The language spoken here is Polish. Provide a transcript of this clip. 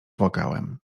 płakałem